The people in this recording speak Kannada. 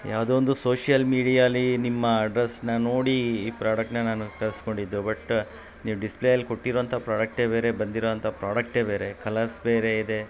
ಯಾವುದೋ ಒಂದು ಸೋಶಿಯಲ್ ಮೀಡಿಯಾ ಅಲ್ಲಿ ನಿಮ್ಮ ಅಡ್ರೆಸ್ನ ನೋಡಿ ಈ ಪ್ರಾಡಕ್ಟ್ನ ನಾನು ತರಿಸ್ಕೊಂಡಿದ್ದು ಬಟ್ ನೀವು ಡಿಸ್ಪ್ಲೇಯಲ್ಲಿ ಕೊಟ್ಟಿರೋವಂಥ ಪ್ರಾಡಕ್ಟೇ ಬೇರೆ ಬಂದಿರೋವಂಥ ಪ್ರಾಡಕ್ಟೇ ಬೇರೆ ಕಲರ್ಸ್ ಬೇರೆ ಇದೆ